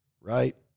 right